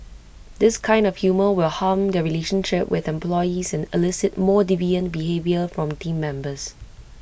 this kind of humour will harm their relationship with employees and elicit more deviant behaviour from Team Members